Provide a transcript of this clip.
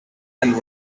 and